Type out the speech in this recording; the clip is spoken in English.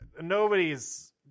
nobody's